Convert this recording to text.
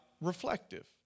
reflective